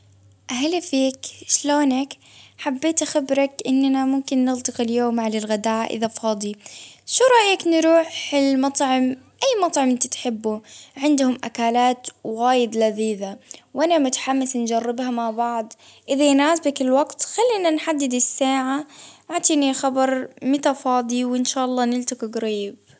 هلا فيك شلونك؟ حبيت أخبرك إننا ممكن نلتقي اليوم على الغداء إذا فاضي، شو رأيك نروح المطعم؟ أي مطعم أنت تحبه عندهم أكلات وايض لذيذة، وأنا متحمس نجربها مع بعض، إذا يناسبك الوقت خلينا نحدد الساعة، إعطنيخبر متى فاضي وإن شاء الله ننتج قريب.